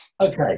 Okay